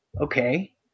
okay